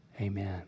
Amen